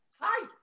Hi